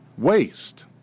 waste